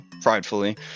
pridefully